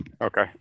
Okay